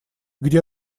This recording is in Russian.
где